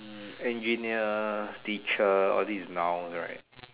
hmm engineer teacher all this noun right